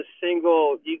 single